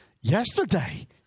yesterday